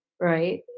right